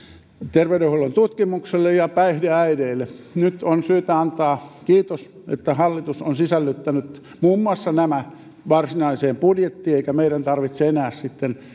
terveydenhuollon tutkimukselle ja päihdeäideille nyt on syytä antaa kiitos että hallitus on sisällyttänyt muun muassa nämä varsinaiseen budjettiin eikä meidän tarvitse enää sitten